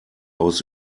aus